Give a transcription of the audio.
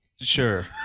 Sure